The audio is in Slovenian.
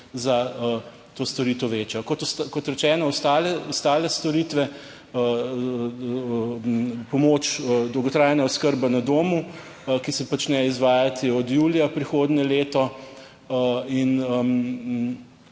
za to storitev večja. Kot rečeno, ostale storitve, pomoč, dolgotrajna oskrba na domu, ki se začne izvajati od julija prihodnje leto in